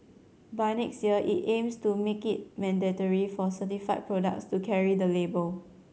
by next year it aims to make it mandatory for certified products to carry the label